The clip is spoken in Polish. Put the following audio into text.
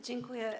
Dziękuję.